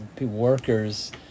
workers